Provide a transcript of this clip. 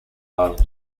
ireland